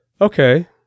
Okay